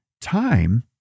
time